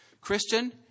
Christian